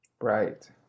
Right